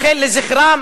לכן לזכרם,